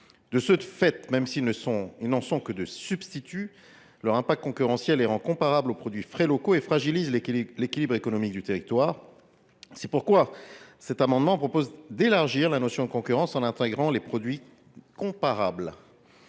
De ce fait, même s’ils n’en sont que des substituts, leur impact concurrentiel les rend comparables, ce qui fragilise l’équilibre économique du territoire. C’est pourquoi cet amendement a pour objet d’élargir la notion de concurrence, en y intégrant les produits comparables.